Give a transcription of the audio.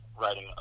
writing